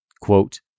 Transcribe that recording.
quote